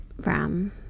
Ram